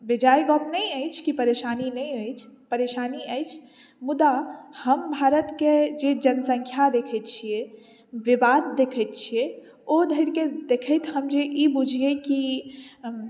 बेजाए गप्प नहि अछि कि परेशानी नहि अछि परेशानी अछि मुदा हम भारतके जे जनसङ्ख्या देखैत छियै विवाद देखैत छियै ओ धरिके देखैत यदि हम ई बुझियै कि